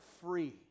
free